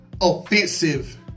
offensive